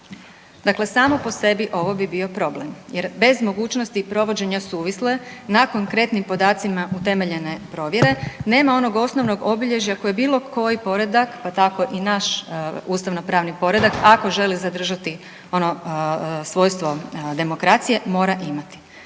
dakle samo po sebi ovo bi bio problem jer bez mogućnosti provođenja suvisle na konkretnim podacima utemeljene provjere, nema onog osnovnog obilježja koje bilo koji poredak, pa tako i naš ustavnopravni poredak ako želi zadržati ono svojstvo demokracije mora imati.